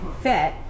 fit